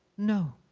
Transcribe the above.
no.